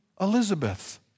Elizabeth